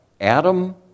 Adam